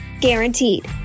Guaranteed